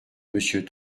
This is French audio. monsieur